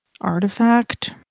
artifact